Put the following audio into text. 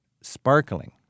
sparkling